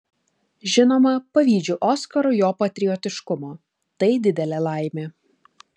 žinoma pavydžiu oskarui jo patriotiškumo tai didelė laimė